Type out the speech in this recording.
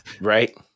Right